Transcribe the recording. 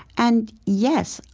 and yes,